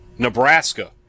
nebraska